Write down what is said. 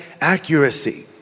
accuracy